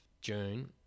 June